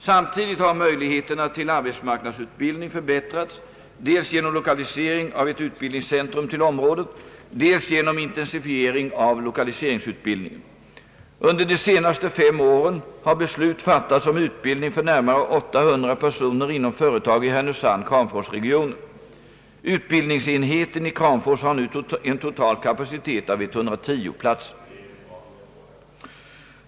Samtidigt har möjligheterna till arbetsmarknadsutbildning förbättrats dels genom lokalisering av ett utbildningscentrum till området, dels genom intensifiering av lokaliseringsutbildningen. Under de senaste fem åren har beslut fattats om utbildning för närmare 800 personer inom företag i Härnösand-Kramforsregionen. Utbildningsenheten i Kramfors har nu en total kapacitet av 110 platser.